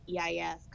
EIS